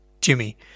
Jimmy